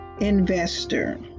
investor